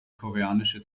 koreanische